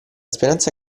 speranza